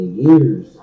years